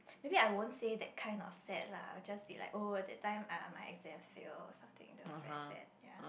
maybe I won't say that kind of sad lah I'll just be like oh that time my exams fail or something that was very sad ya